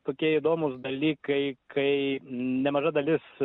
tokie įdomūs dalykai kai nemaža dalis